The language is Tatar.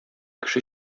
кеше